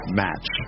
match